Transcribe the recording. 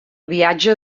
viatge